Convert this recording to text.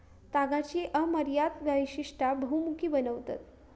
तागाची अमर्याद वैशिष्टा बहुमुखी बनवतत